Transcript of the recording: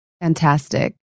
Fantastic